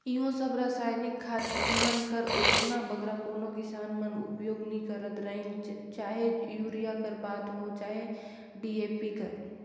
इहों सब रसइनिक खाद मन कर ओतना बगरा कोनो किसान मन उपियोग नी करत रहिन चहे यूरिया कर बात होए चहे डी.ए.पी कर